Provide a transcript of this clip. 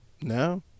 No